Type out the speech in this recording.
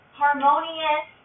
harmonious